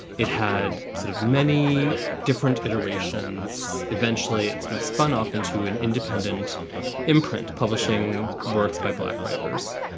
it had sort of many different iterations. eventually, it sort of spun off into an independent imprint. publishing works by black writers.